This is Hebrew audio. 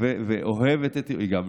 היא גם ירושלמית,